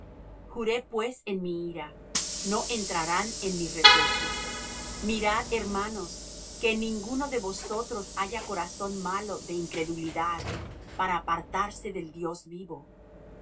juré pues en mi ira no entrarán en mi reposo mirad hermanos que en ninguno de vosotros haya corazón malo de incredulidad para apartarse del dios vivo